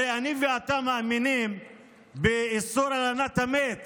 הרי אני ואתה מאמינים באיסור הלנת המת,